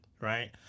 Right